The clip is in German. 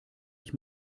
ich